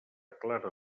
clara